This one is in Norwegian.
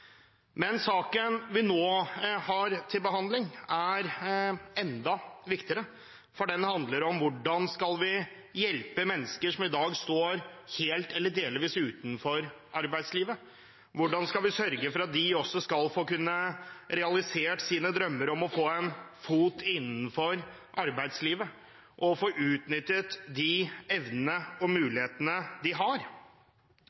Men saken som vi nå har til behandling, er enda viktigere, for den handler om hvordan vi skal hjelpe mennesker som i dag står helt eller delvis utenfor arbeidslivet, hvordan vi skal sørge for at de også skal kunne få realisert sine drømmer om å få en fot innenfor arbeidslivet og få utnyttet de evnene og mulighetene de har.